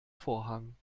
vorhang